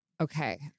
Okay